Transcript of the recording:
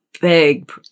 Big